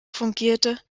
fungierte